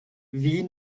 wie